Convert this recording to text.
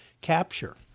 capture